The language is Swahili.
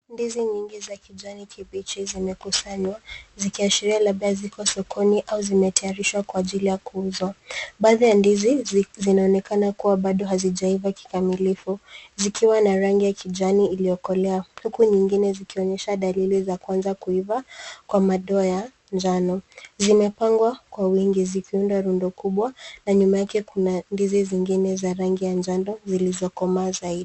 Ndizi nyingi za kijani kibichi zimekusanywa zikiashiria labda ziko sokoni au zimetayarishwa kwa ajili ya kuuzwa. Baadhi ya ndizi zinaonekana kuwa bado hazijaiva kikamilifu zikiwa na rangi ya kijani iliyokolea, huku nyingine zikionyesha dalili za kuanza kuiva, kwa madoa ya njano. Zimepangwa kwa wingi zikiunda rundo kubwa, na nyuma yake kuna ndizi zingine za rangi ya njano zilizokomaa zaidi.